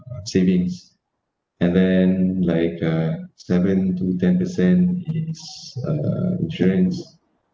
savings and then like uh seven to ten percent is uh insurance